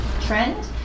trend